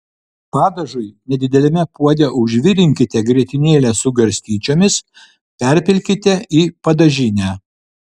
padažui nedideliame puode užvirinkite grietinėlę su garstyčiomis perpilkite į padažinę